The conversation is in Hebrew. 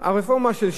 ופרסונליים,